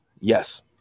Yes